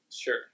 Sure